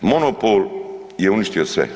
Monopol je uništio sve.